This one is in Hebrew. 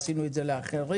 עשינו את זה לאחרים.